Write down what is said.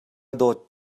dawt